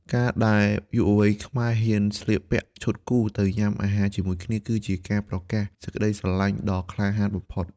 ការដែលយុវវ័យខ្មែរហ៊ានស្លៀកពាក់ឈុតគូ ទៅញ៉ាំអាហារជាមួយគ្នា គឺជាការប្រកាសសេចក្ដីស្រឡាញ់ដ៏ក្លាហានបំផុត។